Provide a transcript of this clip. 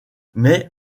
mais